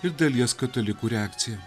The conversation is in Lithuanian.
ir dalies katalikų reakcija